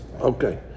Okay